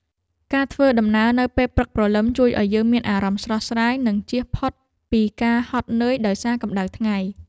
ការធ្វើដំណើរនៅពេលព្រឹកព្រលឹមជួយឱ្យយើងមានអារម្មណ៍ស្រស់ស្រាយ និងជៀសផុតពីការហត់នឿយដោយសារកម្តៅថ្ងៃ។